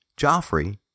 Joffrey